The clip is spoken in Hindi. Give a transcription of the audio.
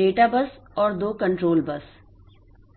डेटा बसें और दो कंट्रोल बसें